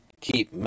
keep